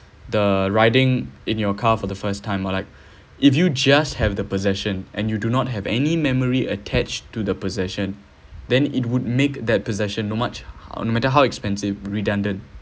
the riding in your car for the first time or like if you just have the possession and you do not have any memory attached to the possession then it would make that possession no much no matter how expensive redundant